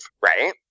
right